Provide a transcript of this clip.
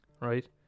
Right